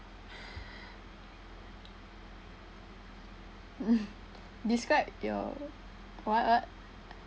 hmm describe your what what